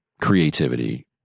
creativity